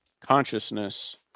consciousness